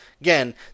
Again